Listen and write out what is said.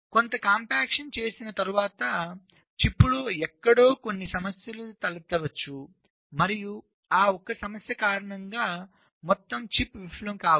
కొంత సంపీడనం చేసిన తర్వాత చిప్లో ఎక్కడో కొన్ని సమస్యలు తలెత్తవచ్చు మరియు ఆ ఒక్క సమస్య కారణంగా మొత్తం చిప్ విఫలం కావచ్చు